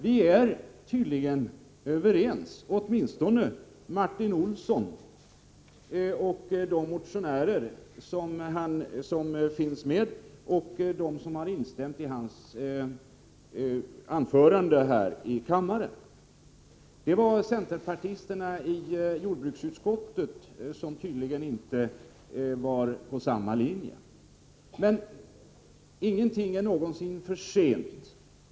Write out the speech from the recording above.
Vi är tydligen överens, åtminstone med Martin Olsson, med hans medmotionärer och med dem som har instämt i hans anförande här i kammaren. Det var centerpartisterna i jordbruksutskottet som uppenbarligen inte var på samma linje. Men ingenting är någonsin för sent.